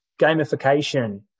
gamification